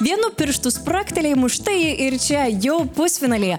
vienu pirštų spragtelėjimu štai ji ir čia jau pusfinalyje